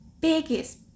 biggest